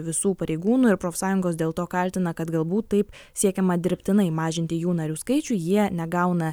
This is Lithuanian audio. visų pareigūnų ir profsąjungos dėl to kaltina kad galbūt taip siekiama dirbtinai mažinti jų narių skaičių jie negauna